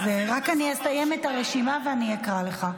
אז רק אני אסיים את הרשימה ואני אקרא לך.